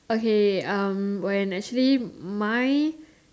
okay um when actually my